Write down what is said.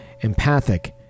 empathic